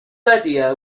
idea